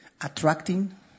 attracting